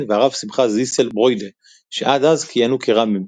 והרב שמחה זיסל ברוידא שעד אז כיהנו כר"מים,